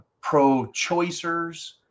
pro-choicers